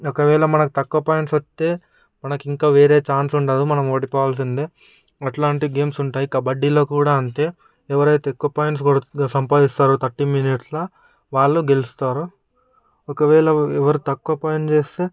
ఒకవేళ మనకు తక్కువ పాయింట్స్ వస్తే మనకు ఇంకా వేరే ఛాన్స్ ఉండదు మనం ఓడిపోవాల్సిందే అట్లాంటి గేమ్స్ ఉంటాయి కబడ్డీలో కూడా అంతే ఎవరైతే ఎక్కువ పాయింట్స్ కూడా సంపాదిస్తారు థర్టి మినిట్స్లో వాళ్ళు గెలుస్తారు ఒకవేళ ఎవరు తక్కవ పాయింట్స్ చేస్తే